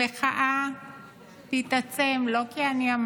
אז אני אומרת לכם, המחאה תתעצם, לא כי אני אמרתי,